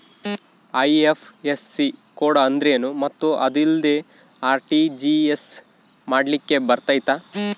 IFSC code ಅಂದ್ರೇನು ಮತ್ತು ಅದಿಲ್ಲದೆ ಆರ್.ಟಿ.ಜಿ.ಎಸ್ ಮಾಡ್ಲಿಕ್ಕೆ ಬರ್ತೈತಾ?